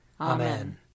Amen